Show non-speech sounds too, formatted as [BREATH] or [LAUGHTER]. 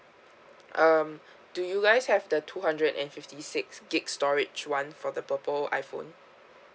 um [BREATH] do you guys have the two hundred and fifty six gig storage one for the purple iphone